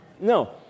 No